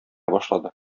башлады